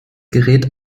gerät